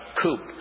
coop